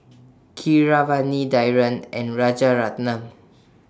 Keeravani Dhyan and Rajaratnam